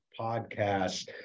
podcast